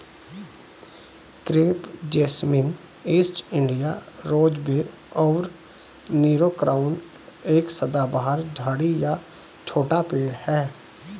crepe jasmine, east India rosebay और Nero crown एक सदाबहार झाड़ी या छोटा पेड़ है